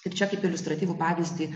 ir čia kaip iliustratyvų pavyzdį